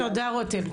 תודה, רותם.